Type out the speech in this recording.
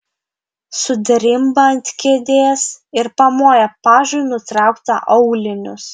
sudrimba ant kėdės ir pamoja pažui nutraukti aulinius